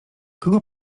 kogo